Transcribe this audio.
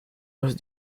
los